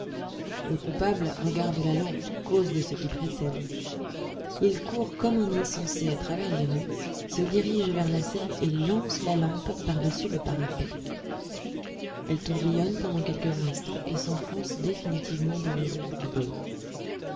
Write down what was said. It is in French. le coupable regarde la lampe cause de ce qui précède il court comme un insensé à travers les rues se dirige vers la seine et lance la lampe par dessus le parapet elle tourbillonne pendant quelques instants et s'enfonce définitivement dans les eaux